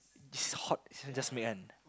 it's hot is just make one